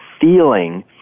feeling